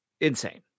insane